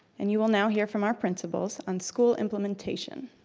and you will now hear from our principals on school implementation.